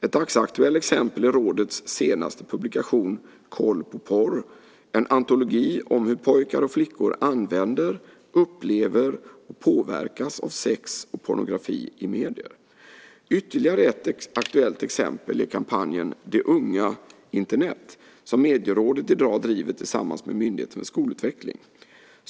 Ett dagsaktuellt exempel är rådets senaste publikation Koll på porr , en antologi om hur pojkar och flickor använder, upplever och påverkas av sex och pornografi i medier. Ytterligare ett aktuellt exempel är kampanjen Det unga Internet som Medierådet i dag driver tillsammans med Myndigheten för skolutveckling.